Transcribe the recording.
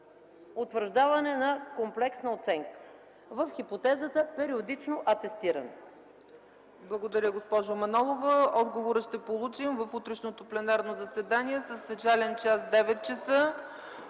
утвърждаване на комплексна оценка в хипотезата периодично атестиране.